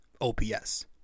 OPS